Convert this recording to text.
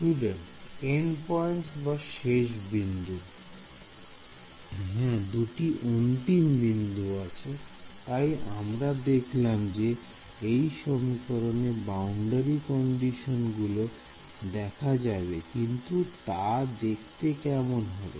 Student The end points শেষ বিন্দুতে হ্যাঁ দুটি অন্তিম বিন্দুতে তাই আমরা দেখলাম যে এই সমীকরণে বাউন্ডারি কন্ডিশন গুলো দেখা যাবে কিন্তু তা দেখতে কেমন হবে